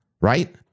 Right